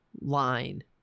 line